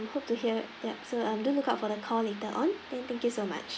we hope to hear yup so um do look out for the call later on okay thank you so much